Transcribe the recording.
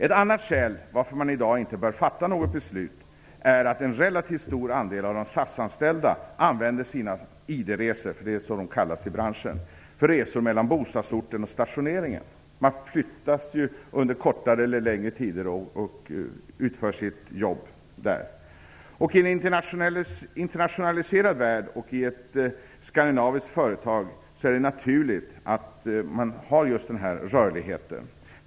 Ett annat skäl till att vi inte bör fatta något beslut i dag är att en relativt stor andel av de SAS-anställda använder sina ID-resor - det är så de kallas i branschen - för resor mellan bostadsorten och stationeringen. Personalen förflyttas under en kortare eller längre tid och utför sitt arbete på annan ort. I en internationaliserad värld, och i ett skandinaviskt företag är denna rörlighet naturlig.